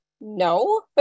No